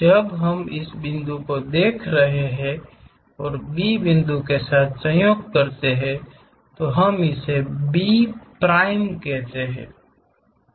जब हम इस बिंदु को देख रहे हैं और B बिंदु के साथ संयोग करते हैं तो हम इसे B प्राइम कहते हैं